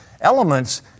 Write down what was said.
elements